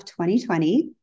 2020